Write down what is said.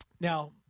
Now